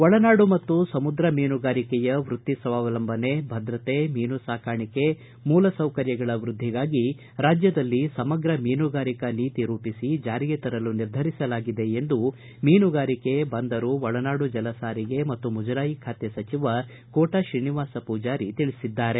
ಒಳನಾಡು ಮತ್ತು ಸಮುದ್ರ ಮೀನುಗಾರಿಕೆಯ ವೃತ್ತಿ ಸ್ವಾವಲಂಬನೆ ಭದ್ರತೆ ಮೀನು ಸಾಕಾಣಿಕೆ ಮೂಲ ಸೌಕರ್ಯಗಳ ವ್ಯದ್ದಿಗಾಗಿ ರಾಜ್ಯದಲ್ಲಿ ಸಮಗ್ರ ಮೀನುಗಾರಿಕಾ ನೀತಿ ರೂಪಿಸಿ ಜಾರಿಗೆ ತರಲು ನಿರ್ಧರಿಸಲಾಗಿದೆ ಎಂದು ಮೀನುಗಾರಿಕೆ ಬಂದರು ಒಳನಾಡು ಜಲ ಸಾರಿಗೆ ಮತ್ತು ಮುಜರಾಯಿ ಖಾತೆ ಸಚಿವ ಕೋಟ ಶ್ರೀನಿವಾಸ ಪೂಜಾರಿ ತಿಳಿಸಿದ್ದಾರೆ